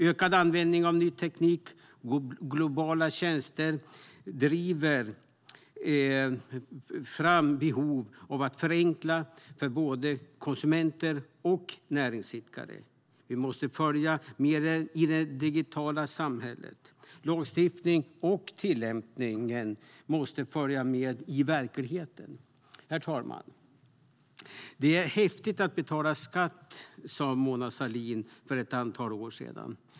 Ökad användning av ny teknik och globala tjänster driver fram behov av att förenkla för både konsumenter och näringsidkare. Vi måste följa med i det digitala samhället. Lagstiftningen och tillämpningen måste följa med i verkligheten. Herr talman! Det är häftigt att betala skatt, sa Mona Sahlin för ett antal år sedan.